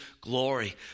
glory